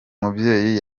mubyeyi